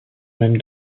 même